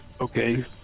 Okay